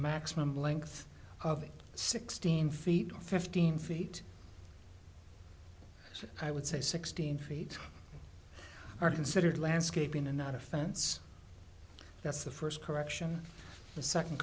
maximum length of sixteen feet or fifteen feet i would say sixteen feet are considered landscaping and not a fence that's the first correction the second